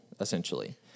essentially